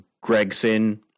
gregson